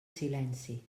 silenci